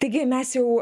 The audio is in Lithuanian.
taigi mes jau